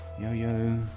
Yo-yo